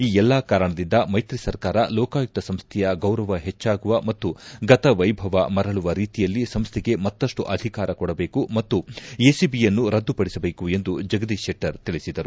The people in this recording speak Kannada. ಈ ಎಲ್ಲಾ ಕಾರಣದಿಂದ ಮೈತ್ರಿ ಸರ್ಕಾರ ಲೋಕಾಯುಕ್ತ ಸಂಸ್ಥೆಯ ಗೌರವ ಹೆಚ್ಚಾಗುವ ಮತ್ತು ಗತವೈಭವ ಮರಳುವ ರೀತಿಯಲ್ಲಿ ಸಂಸ್ಥೆಗೆ ಮತ್ತಷ್ಟು ಅಧಿಕಾರ ಕೊಡಬೇಕು ಮತ್ತು ಎಸಿಐಿಯನ್ನು ರದ್ದುಪಡಿಸಬೇಕು ಎಂದು ಜಗದೀಶ್ಶೆಟ್ಟರ್ ತಿಳಿಸಿದರು